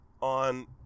on